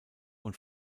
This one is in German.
und